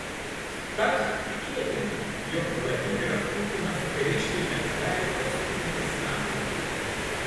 tad tikėtina jog vladimiras putinas per iškilmes gali pasiūlyti sandorį